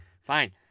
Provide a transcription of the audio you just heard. Fine